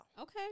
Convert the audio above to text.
Okay